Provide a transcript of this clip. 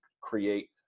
create